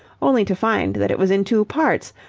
only to find that it was in two parts,